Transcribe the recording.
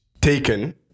taken